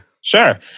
Sure